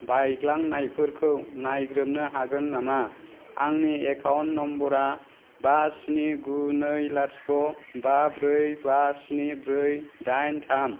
बायग्लांनायफोरखौ नायग्रोबनो हागोन नामा आंनि एकाउन्ट नम्बरा बा स्नि गु नै लाथिख' बा ब्रै बा स्नि ब्रै दाइन थाम